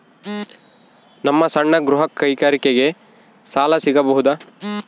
ನಮ್ಮ ಸಣ್ಣ ಗೃಹ ಕೈಗಾರಿಕೆಗೆ ಸಾಲ ಸಿಗಬಹುದಾ?